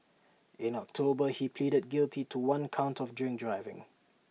in October he pleaded guilty to one count of drink driving